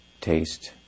taste